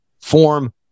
form